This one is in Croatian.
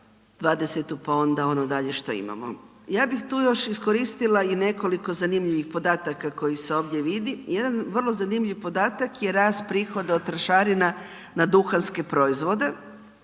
20. pa onda ono dalje što imamo. Ja bih tu još iskoristila i nekoliko zanimljivih podataka koji se ovdje vidi. Jedan vrlo zanimljiv podatak je rast prihoda od trošarina na duhanske proizvode